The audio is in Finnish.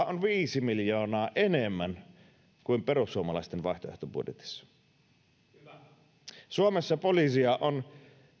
on viisi miljoonaa enemmän kuin perussuomalaisten vaihtoehtobudjetissa suomessa poliiseja on